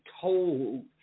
told